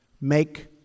make